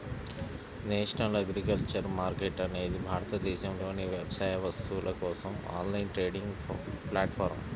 national agriculture market అనేది భారతదేశంలోని వ్యవసాయ వస్తువుల కోసం ఆన్లైన్ ట్రేడింగ్ ప్లాట్ఫారమ్